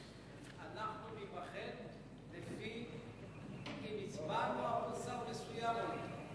אנחנו ניבחן לפי אם הצבענו עבור שר מסוים או לא.